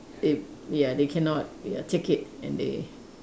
if ya they cannot ya take it and they